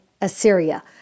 Assyria